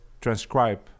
transcribe